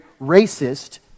racist